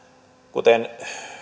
kuten